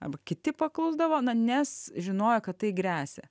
arba kiti paklusdavo nes žinojo kad tai gresia